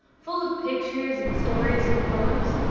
full of pictures and stories and poems.